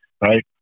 Right